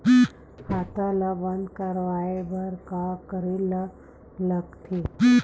खाता ला बंद करवाय बार का करे ला लगथे?